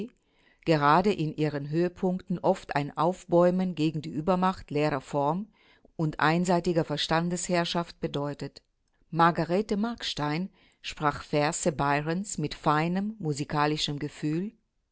gerade in ihren höhepunkten oft ein aufbäumen gegen die übermacht leerer form und einseitiger verstandesherrschaft bedeutet margarete markstein sprach verse byrons mit feinem musikalischen gefühl